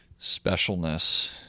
specialness